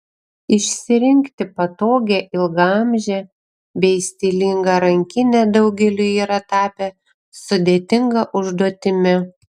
išsirinkti patogią ilgaamžę bei stilingą rankinę daugeliui yra tapę sudėtinga užduotimi